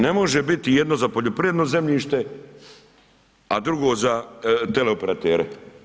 Ne može biti jedno za poljoprivredno zemljište, a drugo za teleoperatere.